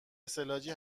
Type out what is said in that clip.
استعلاجی